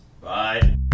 Bye